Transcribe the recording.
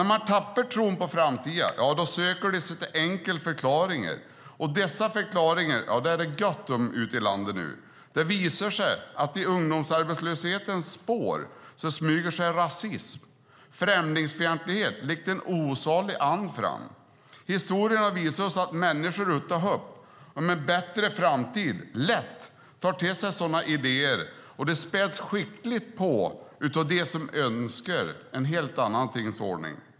När man tappar tron på framtiden söker man sig till enkla förklaringar, och dessa förklaringar är det gott om ute i landet nu. Det visar sig att i ungdomsarbetslöshetens spår smyger sig rasism och främlingsfientlighet fram likt en osalig ande. Historien har visat att människor utan hopp om en bättre framtid lätt tar till sig sådana idéer, och det späds skickligt på av dem som önskar en helt annan tingens ordning.